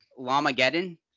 Lamageddon